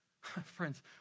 Friends